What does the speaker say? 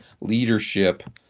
leadership